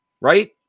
right